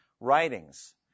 writings